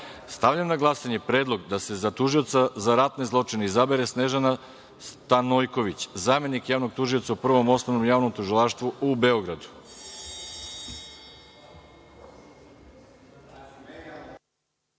na glasanje Predlog da se za Tužioca za ratne zločine izabere Snežana Stanojković, zamenik javnog tužioca u Prvom osnovnom javnom tužilaštvu u